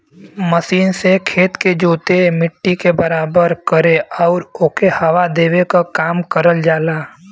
machine से खेत के जोते, मट्टी के बराबर करे आउर ओके हवा देवे क काम करल जाला